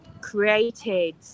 created